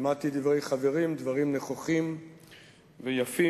שמעתי דברי חברים, דברים נכוחים ויפים